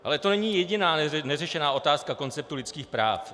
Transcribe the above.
Ale to není jediná neřešená otázka konceptu lidských práv.